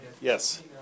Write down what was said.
Yes